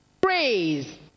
praise